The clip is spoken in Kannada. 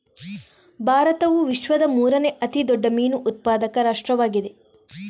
ಭಾರತವು ವಿಶ್ವದ ಮೂರನೇ ಅತಿ ದೊಡ್ಡ ಮೀನು ಉತ್ಪಾದಕ ರಾಷ್ಟ್ರವಾಗಿದೆ